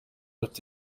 afite